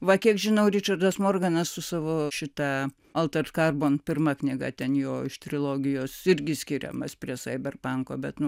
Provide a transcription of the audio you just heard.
va kiek žinau ričardas morganas su savo šita altorkarmon pirma knyga ten jo iš trilogijos irgi skiriamas prie saiberpanko bet